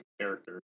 character